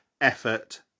effort